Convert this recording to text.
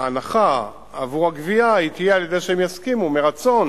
ההנחה עבור הגבייה תהיה על-ידי שהם יסכימו מרצון,